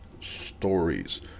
stories